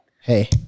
Hey